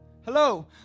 Hello